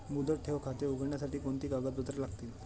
मुदत ठेव खाते उघडण्यासाठी कोणती कागदपत्रे लागतील?